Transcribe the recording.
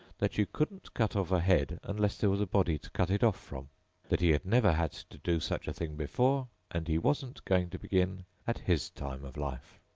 that you couldn't cut off a head unless there was a body to cut it off from that he had never had to do such a thing before, and he wasn't going to begin at his time of life.